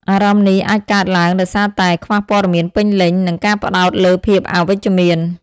អារម្មណ៍នេះអាចកើតឡើងដោយសារតែ ខ្វះព័ត៌មានពេញលេញ និងការផ្តោតលើភាពអវិជ្ជមាន។